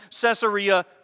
Caesarea